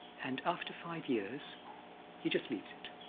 and after five years he just leaves it.